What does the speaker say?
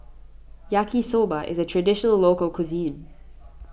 Yaki Soba is a Traditional Local Cuisine